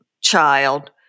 child